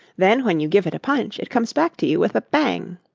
then when you give it a punch it comes back to you with a bang.